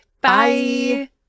bye